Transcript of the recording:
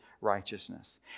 righteousness